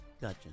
Gotcha